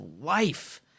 life